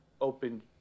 open